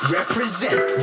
Represent